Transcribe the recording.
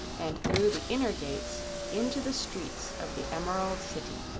and through the inner gates into the streets of the emerald city.